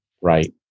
right